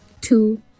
two